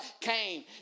came